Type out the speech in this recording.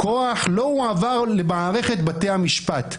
הכוח לא הועבר למערכת בתי המשפט,